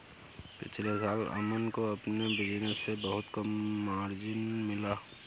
पिछले साल अमन को अपने बिज़नेस से बहुत कम मार्जिन मिला